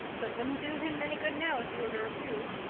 so it wouldn't do him any good now if you were to refuse.